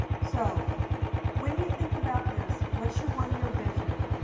so when you think about this, what's your one year vision.